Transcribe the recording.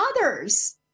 others